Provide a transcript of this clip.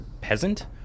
peasant